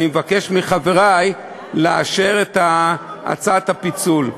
אני מבקש מחברי לאשר את הצעת הפיצול.